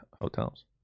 hotels